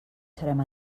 serem